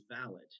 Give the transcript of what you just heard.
valid